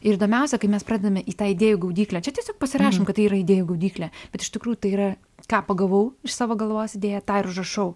ir įdomiausia kai mes pradedame į tą idėjų gaudyklę čia tiesiog pasirašom kad tai yra idėjų gaudyklė bet iš tikrųjų tai yra ką pagavau iš savo galvos idėją tą ir užrašau